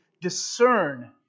discern